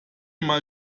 mal